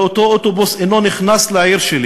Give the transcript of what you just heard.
אבל אותו אוטובוס אינו נכנס לעיר שלי